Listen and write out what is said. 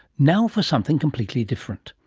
now for something completely different.